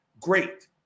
Great